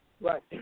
right